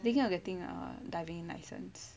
I'm thinking of getting a diving license